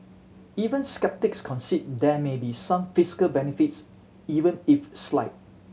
even sceptics concede there may be some physical benefits even if slight